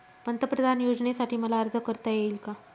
पंतप्रधान योजनेसाठी मला अर्ज करता येईल का?